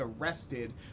arrested